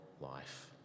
life